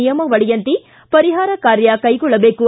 ನಿಯಮಾವಳಿಯಂತೆ ಪರಿಹಾರ ಕಾರ್ಯ ಕೈಗೊಳ್ಳಬೇಕು